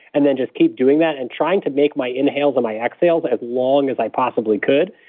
and then just keep doing that and trying to make my inhales and my exhales as long as i possibly could.